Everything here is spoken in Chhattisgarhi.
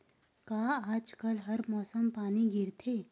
का आज कल हर मौसम पानी गिरथे?